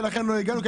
ולכן לא הגענו,